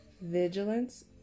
vigilance